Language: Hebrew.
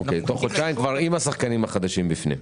עם השחקנים החדשים בפנים?